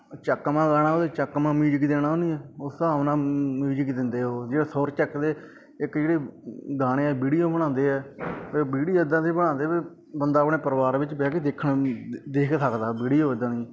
ਚੱਕਵਾਂ ਗਾਣਾ ਉਹਦੇ ਚੱਕਵਾਂ ਮਿਊਜਿਕ ਦੇਣਾ ਉਹਨੀ ਉਸ ਹਿਸਾਬ ਨਾਲ ਮਿਊਜਿਕ ਦਿੰਦੇ ਆ ਉਹ ਜਿਹੜਾ ਸੁਰ ਚੱਕਦੇ ਇੱਕ ਜਿਹੜੀ ਗਾਣੇ ਦੀ ਵੀਡੀਓ ਬਣਾਉਂਦੇ ਆ ਵੀਡੀਓ ਇੱਦਾਂ ਦੀ ਬਣਾਉਂਦੇ ਆ ਵੀ ਬੰਦਾ ਆਪਣੇ ਪਰਿਵਾਰ ਵਿੱਚ ਬਹਿ ਕੇ ਦੇਖਣ ਨੂੰ ਦੇ ਦੇਖ ਸਕਦਾ ਵੀਡੀਓ ਇੱਦਾਂ ਦੀ